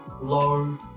low